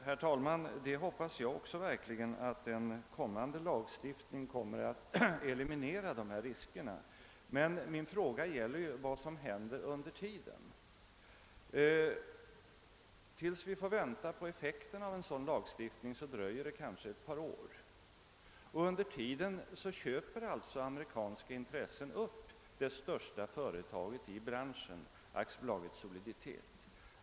Herr talman! Även jag hoppas verkligen att en kommande lagstiftning skall eliminera dessa risker, men min fråga gäller ju vad som händer nu. Tills vi får se effekten av en sådan lagstiftning dröjer det kanske ett par år, och under tiden köper alltså amerikanska intressen upp: det största företaget i branschen, AB Soliditet.